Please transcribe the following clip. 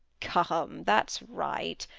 come, that's right.